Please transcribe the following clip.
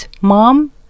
mom